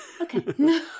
Okay